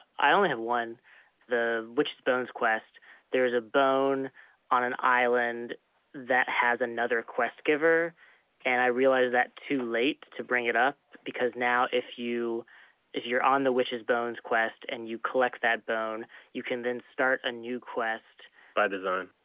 i only have one the witch's bones quest there's a bone on an island that has another quest giver and i realize that too late to bring it up because now if you if you're on the witch's bones quest and you collect that bone you can then start a new quest by design